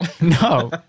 No